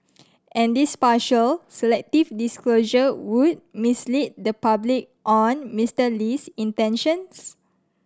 and this partial selective disclosure would mislead the public on Mister Lee's intentions